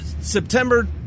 September